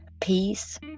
peace